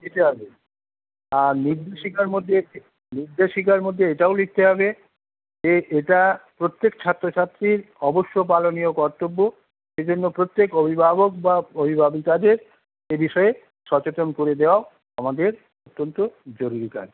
দিতে হবে আর নির্দেশিকার মধ্যে নির্দেশিকার মধ্যে এটাও লিখতে হবে যে এটা প্রত্যেক ছাত্র ছাত্রীর অবশ্য পালনীয় কর্তব্য সেই জন্য প্রত্যেক অভিভাবক বা অভিভাবিকাদের এ বিষয়ে সচেতন করে দেওয়াও আমাদের অত্যন্ত জরুরি কাজ